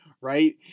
right